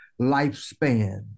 lifespan